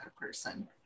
person